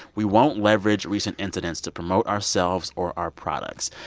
we won't leverage recent incidents to promote ourselves or our products.